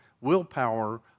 Willpower